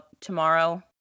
tomorrow